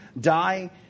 Die